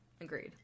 agreed